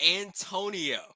antonio